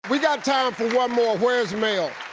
we got time for one more, where's mel?